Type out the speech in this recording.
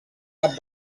cap